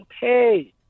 Pay